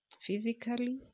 physically